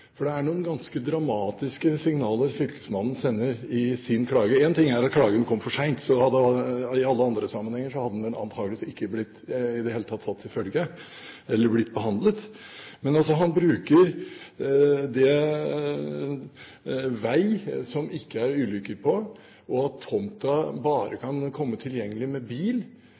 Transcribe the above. For det er noen ganske dramatiske signaler fylkesmannen sender i sin klage. Én ting er at klagen kom for sent. I alle andre sammenhenger hadde den antakelig ikke blitt tatt til følge i det hele tatt eller blitt behandlet. Men fylkesmannen bruker altså som begrunnelse en vei som det ikke er ulykker på, og at tomten bare er tilgjengelig med bil,